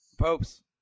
Popes